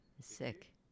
Sick